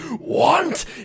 want